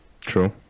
True